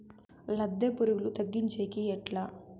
లద్దె పులుగులు తగ్గించేకి ఎట్లా?